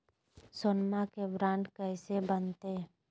सोनमा के बॉन्ड कैसे बनते?